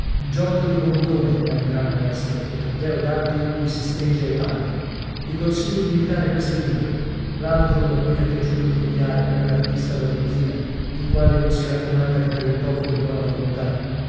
giotto di bondone è un gran maestro e taddeo gaddi gli si stringe ai panni ti consiglio d'imitare questi due l'altro da cui t'è piaciuto di copiare è un artista da dozzina il quale non si raccomanda che per un poco di buona volontà